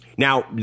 Now